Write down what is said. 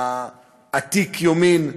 העתיק יומין.